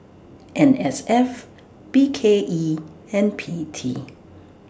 N S F B K E and P T